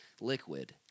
liquid